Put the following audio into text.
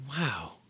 Wow